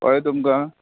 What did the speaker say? कळें तुमकां